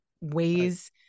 ways